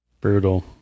brutal